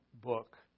book